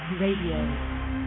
Radio